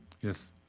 Yes